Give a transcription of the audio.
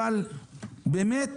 אבל באמת